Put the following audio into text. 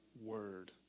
Word